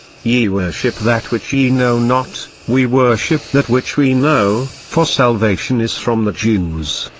ye worship that which ye know not we worship that which we know for salvation is from the jews.